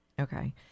Okay